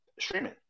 streaming